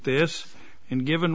this and given